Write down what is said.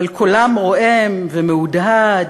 אבל קולם רועם ומהודהד,